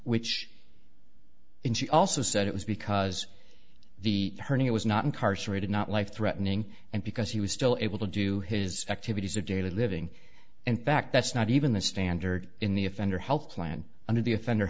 she also said it was because the hernia was not incarcerated not life threatening and because he was still able to do his activities of daily living in fact that's not even the standard in the offender health plan under the offend